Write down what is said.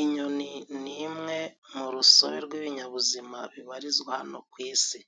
Inyoni ni imwe mu rusobe rw'ibinyabuzima bibarizwa hano ku isi.